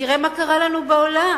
תראה מה קרה לנו בעולם.